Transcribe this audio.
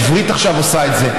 העברית עכשיו עושה את זה.